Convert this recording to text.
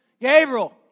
Gabriel